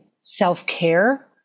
self-care